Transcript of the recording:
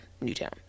Newtown